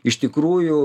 iš tikrųjų